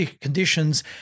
conditions